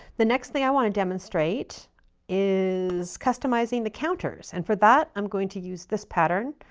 the next thing i want to demonstrate is customizing the counters. and for that, i'm going to use this pattern.